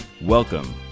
Welcome